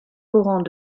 laurent